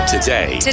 Today